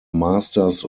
masters